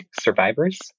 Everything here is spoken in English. survivors